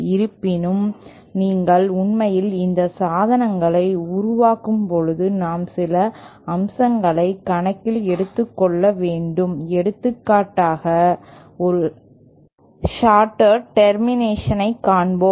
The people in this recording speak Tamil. இருப்பினும் நீங்கள் உண்மையில் இந்த சாதனங்களை உருவாக்கும்போது நாம் சில அம்சங்களை கணக்கில் எடுத்துக்கொள்ள வேண்டும் எடுத்துக்காட்டாக ஒரு சார்ட்டெட் டெர்மினேஷன் ஐ காண்போம்